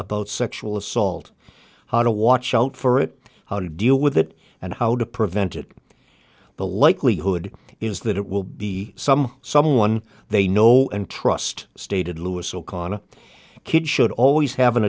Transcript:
sexual assault how to watch out for it how to deal with it and how to vented the likelihood is that it will be some someone they know and trust stated lewis o'connor kids should always hav